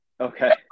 Okay